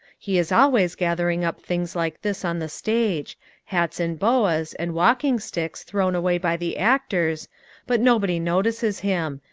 he is always gathering up things like this on the stage hats and boas and walking sticks thrown away by the actors but nobody notices him.